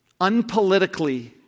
unpolitically